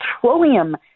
petroleum